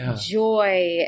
joy